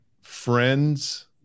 friends